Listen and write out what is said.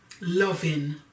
loving